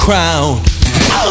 Crown